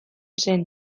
zen